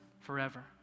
forever